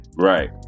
Right